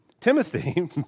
Timothy